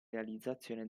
realizzazione